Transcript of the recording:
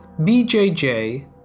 BJJ